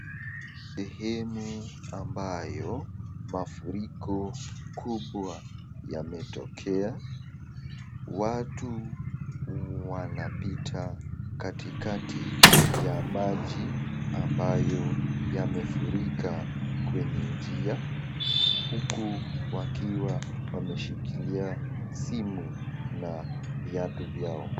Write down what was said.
Sehemu ambayo mafuriko kubwa yametokea. Watu wanapita katikati ya maji ambayo yamefurika kwenye njia ,huku wakiwa wameshikilia simu na viatu vyao.